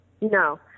No